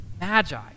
magi